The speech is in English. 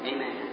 Amen